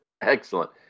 excellent